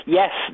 yes